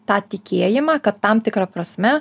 tą tikėjimą kad tam tikra prasme